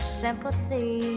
sympathy